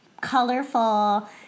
colorful